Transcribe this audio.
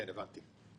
כן, הבנתי.